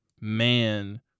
man